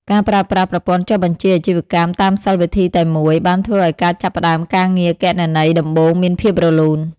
ការប្រើប្រាស់ប្រព័ន្ធចុះបញ្ជីអាជីវកម្មតាមសិល្ប៍វិធីតែមួយ បានធ្វើឱ្យការចាប់ផ្តើមការងារគណនេយ្យដំបូងមានភាពរលូន។